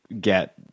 get